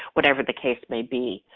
whatever the case may be.